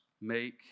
make